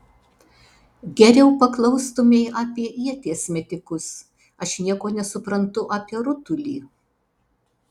geriau paklaustumei apie ieties metikus aš nieko nesuprantu apie rutulį